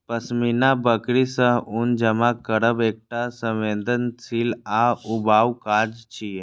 पश्मीना बकरी सं ऊन जमा करब एकटा संवेदनशील आ ऊबाऊ काज छियै